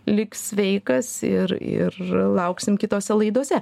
lik sveikas ir ir lauksim kitose laidose